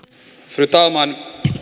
fru talman